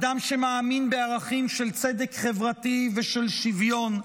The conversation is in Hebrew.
אדם שמאמין בערכים של צדק חברתי ושל שוויון,